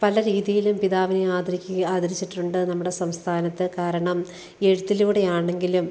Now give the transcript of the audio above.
പല രീതിയിലും പിതാവിനെ ആദരിക്കുക ആദരിച്ചിട്ടുണ്ട് നമ്മുടെ സംസ്ഥാനത്ത് കാരണം എഴുത്തിലൂടെ ആണെങ്കിലും